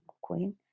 Queen